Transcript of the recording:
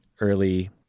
early